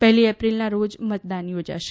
પહેલી એપ્રિલના રોજ મતદાન યોજાશે